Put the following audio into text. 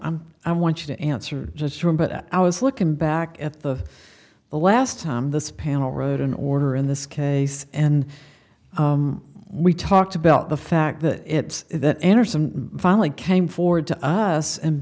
i want you to answer just one but i was looking back at the the last time this panel wrote an order in this case and we talked about the fact that it's that enter some finally came forward to us and